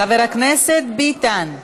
חבר הכנסת ביטן,